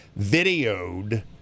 videoed